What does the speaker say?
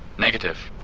negative.